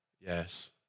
Yes